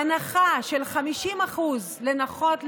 הנחה של 50% לנכות,